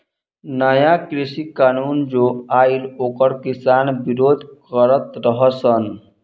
नया कृषि कानून जो आइल ओकर किसान विरोध करत रह सन